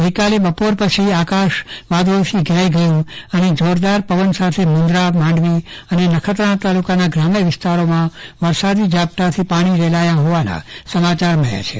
ગઈકાલે બપોર પછી આકાશ વાદળોથી ઘેરાઈ ગયું હતું અને જોરદાર પવન સાથે મુંદરા માંડવી અને નખત્રાણા તાલુકાના ગ્રામ્ય વિસ્તારોમાં વરસાદી ઝાપટાથી પાણી રેલાયા હોવાના સમાચાર મળ્યા છે